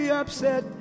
upset